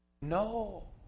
No